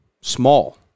small